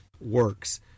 works